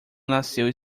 nasceu